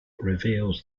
reveals